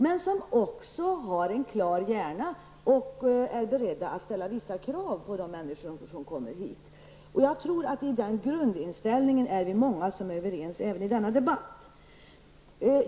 Men de kommer säkert också att ha en klar hjärna och vara beredda att ställa vissa krav på de människor som kommer hit. Jag tror att många av oss som nu debatterar är överens om denna grundinställning.